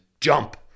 jump